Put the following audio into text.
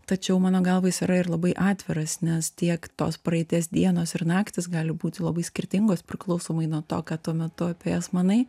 tačiau mano galva jis yra ir labai atviras nes tiek tos praeities dienos ir naktys gali būti labai skirtingos priklausomai nuo to ką tuo metu apie jas manai